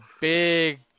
big